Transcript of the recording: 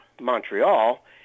montreal